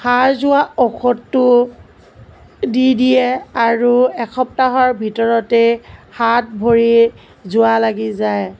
হাড় জোৰা ঔষধটো দি দিয়ে আৰু এসপ্তাহৰ ভিতৰতে হাত ভৰি জোৰা লাগি যায়